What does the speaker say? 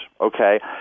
okay